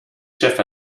chef